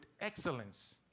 excellence